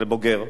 לבוגר.